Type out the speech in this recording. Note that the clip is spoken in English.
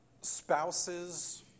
Spouses